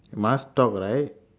must talk right